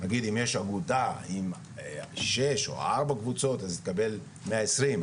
נגיד אם יש אגודה עם שש או ארבע קבוצות היא תקבל מאה עשרים.